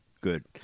good